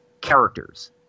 characters